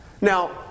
Now